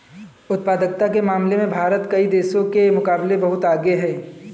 उत्पादकता के मामले में भारत कई देशों के मुकाबले बहुत आगे है